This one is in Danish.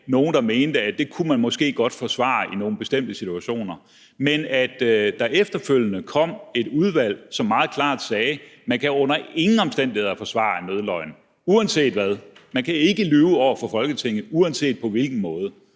nogle, der mente, at det kunne man måske godt forsvare i nogle bestemte situationer, men at der efterfølgende kom et udvalg, som meget klart sagde, at man under ingen omstændigheder kan forsvare en nødløgn uanset hvad. Man kan ikke lyve over for Folketinget, uanset på hvilken måde